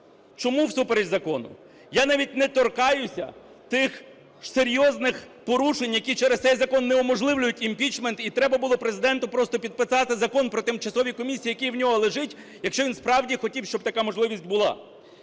Чому всупереч закону? Я навіть не торкаюся тих серйозних порушень, які через цей закон не унеможливлюють імпічмент, і треба було Президенту просто підписати Закон про тимчасові комісії, який в нього лежить, якщо він справді хотів, щоб така можливість була.